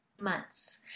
months